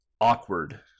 awkward